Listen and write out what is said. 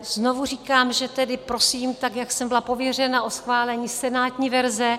Znovu říkám, že tedy prosím, tak jak jsem byla pověřena, o schválení senátní verze.